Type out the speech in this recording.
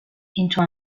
into